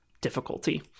difficulty